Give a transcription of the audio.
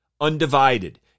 undivided